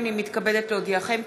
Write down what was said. הנני מתכבדת להודיעכם,